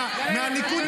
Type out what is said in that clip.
לא נכון.